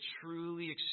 truly